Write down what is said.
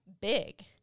big